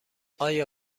آیا